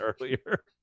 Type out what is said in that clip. earlier